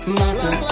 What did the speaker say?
matter